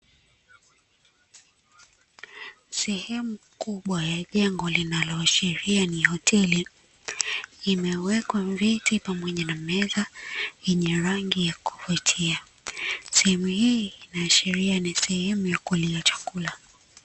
Sehemu kubwa ya jengo linaloashiria ni hoteli, imewekwa viti pamoja na meza yenye rangi ya kuvutia, sehemu hii inaashiria ni sehemu ya kulia chakula.